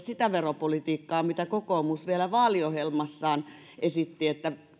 sitä veropolitiikkaa mitä kokoomus vielä vaaliohjelmassaan esitti että